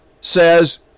says